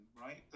Right